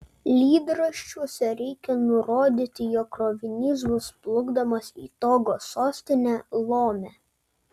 lydraščiuose reikią nurodyti jog krovinys bus plukdomas į togo sostinę lomę